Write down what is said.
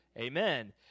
Amen